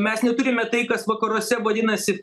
mes neturime tai kas vakaruose vadinasi